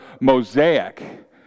mosaic